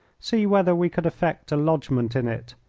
see whether we could effect a lodgment in it,